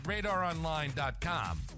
radaronline.com